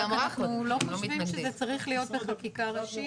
אנחנו לא חושבים שזה צריך להיות בחקיקה ראשית.